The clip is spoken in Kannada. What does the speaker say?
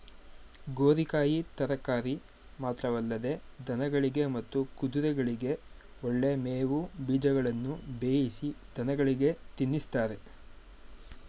ಗೋರಿಕಾಯಿ ತರಕಾರಿ ಮಾತ್ರವಲ್ಲದೆ ದನಗಳಿಗೆ ಮತ್ತು ಕುದುರೆಗಳಿಗೆ ಒಳ್ಳೆ ಮೇವು ಬೀಜಗಳನ್ನು ಬೇಯಿಸಿ ದನಗಳಿಗೆ ತಿನ್ನಿಸ್ತಾರೆ